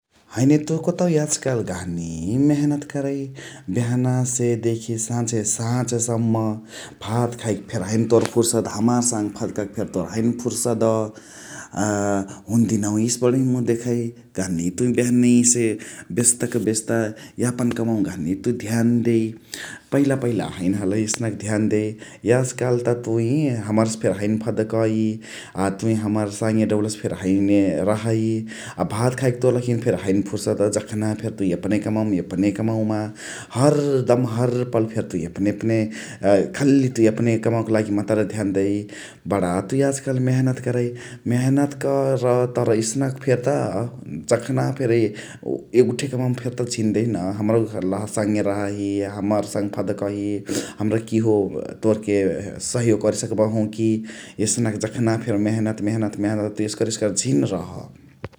हैने तुइ कतौ याजु कालु गहनी मेहनत करइ बेहनासे देखी साझे साझ सम्म । भात खाइके फेरी हैने तोर फुर्सद हमार साङे फदकके फेरी तोर हैने फुर्सद । अ हुन्देनवहिसे बणही देखै गहनी तुइ बेहनहिसे बेस्त क बेस्त । यापन कमवमा गहनी तुइ ध्यान देइ पहिला पहिले हैने हलही ध्यान देइ । याज काल त तुइ हमरासे फेरी हैने फदकै अ तुइ हमरा साङे फेरी डहुलसे हैने रहइ । अ भात खाइके फेरी तोर लघिना हैने फुर्सद जखाने फेरी तुइ एपने कमवमा एपमे कमवा मा । हर पल हर दम तुइ एपने एपने अ खाली तुइ एपने कमवक लागी मतरे ध्यान देइ । बणा तुइ याज काल मेहनत । मेहनत कर तर एसनक फेरत जखने फेरी एगुठी कमवा फेरता झिन देहिन हमरो साङे रहहइ । हमार साङे फदकही हमरा किहो तोरके सहयोग करे सकबाहु कि । एसनक जखना फेरी मेहनत मेहनत तुइ एसकरे एसकरे झिन रह ।